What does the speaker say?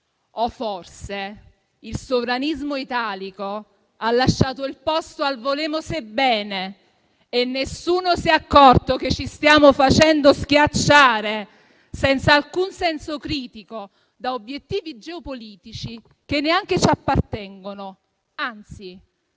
O forse il sovranismo italico ha lasciato il posto al "volemose bene" e nessuno si è accorto che ci stiamo facendo schiacciare, senza alcun senso critico, da obiettivi geopolitici che neanche ci appartengono, anzi,